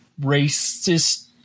racist